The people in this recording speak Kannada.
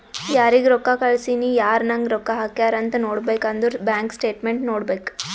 ಯಾರಿಗ್ ರೊಕ್ಕಾ ಕಳ್ಸಿನಿ, ಯಾರ್ ನಂಗ್ ರೊಕ್ಕಾ ಹಾಕ್ಯಾರ್ ಅಂತ್ ನೋಡ್ಬೇಕ್ ಅಂದುರ್ ಬ್ಯಾಂಕ್ ಸ್ಟೇಟ್ಮೆಂಟ್ ನೋಡ್ಬೇಕ್